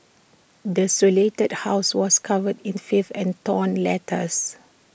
desolated house was covered in filth and torn letters